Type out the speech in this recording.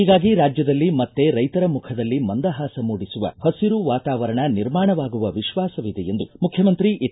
ಹೀಗಾಗಿ ರಾಜ್ಯದಲ್ಲಿ ಮತ್ತೆ ರೈತರ ಮುಖದಲ್ಲಿ ಮಂದಹಾಸ ಮೂಡಿಸುವ ಹಸಿರು ವಾತಾವರಣ ನಿರ್ಮಾಣವಾಗುವ ವಿಶ್ವಾಸವಿದೆ ಎಂದು ಮುಖ್ಯಮಂತ್ರಿ ಹೆಚ್